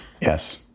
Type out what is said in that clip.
Yes